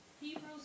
Hebrews